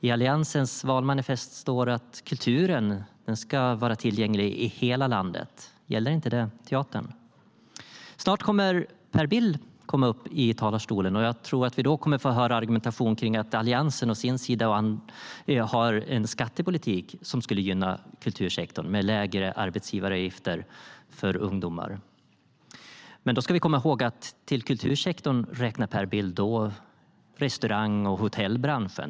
I Alliansens valmanifest står det att kulturen ska vara tillgänglig i hela landet. Gäller inte det teatern? Snart kommer Per Bill upp i talarstolen. Jag tror att vi då kommer att få höra argumentation om att Alliansen å sin sida har en skattepolitik som skulle gynna kultursektorn genom lägre arbetsgivaravgifter för ungdomar. Men då ska vi komma ihåg att Per Bill räknar även restaurang och hotellbranschen till kultursektorn.